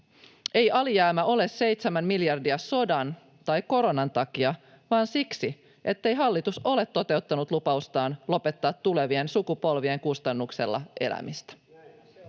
Ei alijäämä ole 7 miljardia sodan tai koronan takia vaan siksi, ettei hallitus ole toteuttanut lupaustaan lopettaa tulevien sukupolvien kustannuksella elämistä.